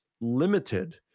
limited